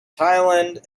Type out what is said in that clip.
thailand